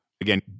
again